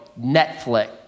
Netflix